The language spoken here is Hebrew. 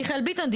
מיכאל ביטון,